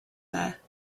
there